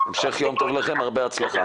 המשך יום טוב לכם והרבה הצלחה.